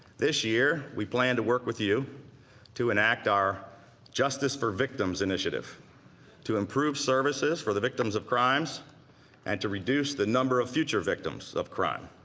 this year we planned to work with you to enact our justice for victims initiative to im improve services for the victims of crimes and to reduce the number of future victims of crime.